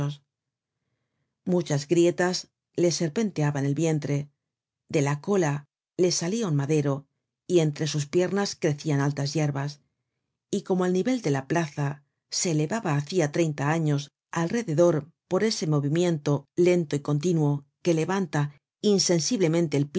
muchas grietas le serpenteaban el vientre de la cola le salia un madero y entre sus piernas crecian altas yerbas y como el nivel de la plaza se elevaba hacia treinta años alrededor por ese movimiento lento y continuo que levanta insensiblemente el piso